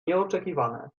nieoczekiwane